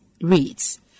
reads